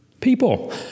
people